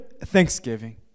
thanksgiving